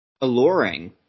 alluring